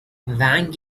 wang